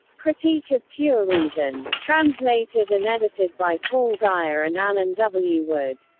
critique of pure reason. translated and edited by paul guyer and allen w. wood.